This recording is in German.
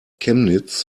chemnitz